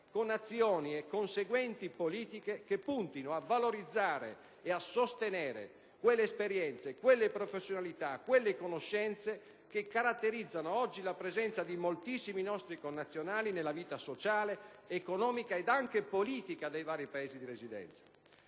con azioni e conseguenti politiche che puntino a valorizzare ed a sostenere quelle esperienze, quelle professionalità e quelle conoscenze che caratterizzano oggi la presenza di moltissimi nostri connazionali nella vita sociale, economica ed anche politica dei vari Paesi di residenza.